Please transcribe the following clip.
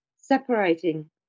Separating